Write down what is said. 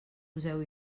poseu